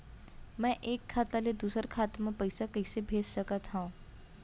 मैं एक खाता ले दूसर खाता मा पइसा कइसे भेज सकत हओं?